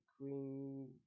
Queen